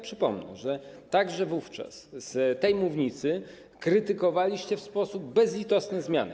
Przypomnę tylko, że także wówczas z tej mównicy krytykowaliście w sposób bezlitosny zmiany.